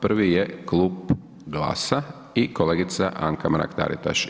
Prvi je Klub GLAS-a o kolegica Anka Mrak Taritaš.